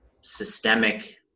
systemic